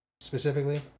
Specifically